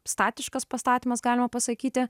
statiškas pastatymas galima pasakyti